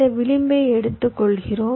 இந்த விளிம்பை எடுத்துக் கொள்கிறோம்